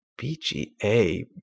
BGA